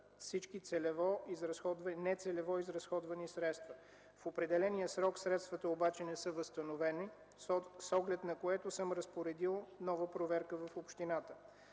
всички нецелево изразходвани средства. В определения срок обаче средствата не са възстановени. С оглед на това съм разпоредил нова проверка в общината.